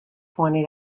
twenty